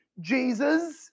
Jesus